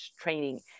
training